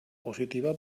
positiva